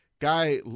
guy